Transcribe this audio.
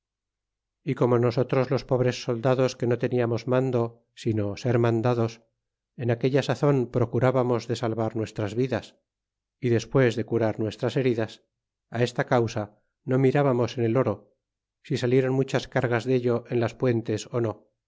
y como nosotros los pobres soldados que no teníamos mando sino ser mandados en aquella sazon procurbamo de salvar nuestras vidas y despues de curar nuestras heridas esta causa no mirbamos en el oro si saliéron muchas car gas dello en las puentes ó no